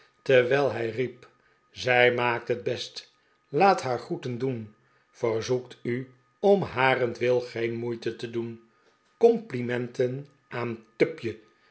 terwijl hij riep zij maakt het best laat haar groeten doen verzoekt u om harentwil geen moeite te doen complimenten aan tupje